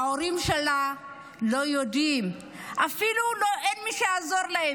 ההורים שלה לא יודעים, ואפילו אין מי שיעזור להם.